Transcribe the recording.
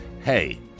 hey